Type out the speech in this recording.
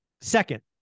second